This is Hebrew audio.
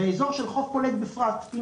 ואזור של חוף פולג בפרט.